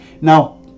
Now